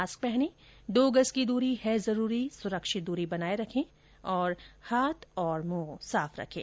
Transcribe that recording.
mask पहनें दो गज की दूरी है जरूरी सुरक्षित दूरी बनाए रखें हाथ और मुंह साफ रखें